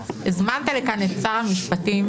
הזמנת לכאן את שר המשפטים,